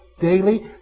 daily